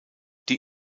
die